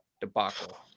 debacle